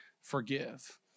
forgive